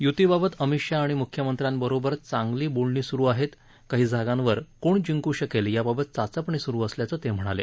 युतीबाबत अमित शहा आणि म्ख्यमंत्र्यांबरोबर चांगली बोलणी स्रु आहेत काही जागांवर कोण जिंकू शकेल याबाबत चाचपणी सुरु असल्याचं ते म्हणाले